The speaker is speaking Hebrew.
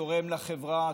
תורם לחברה,